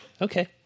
okay